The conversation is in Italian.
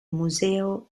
museo